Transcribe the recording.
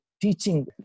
teaching